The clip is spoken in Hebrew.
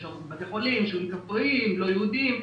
קווים לבתי חולים, יישובים כפריים, לא יהודים,